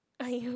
are you